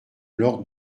l’ordre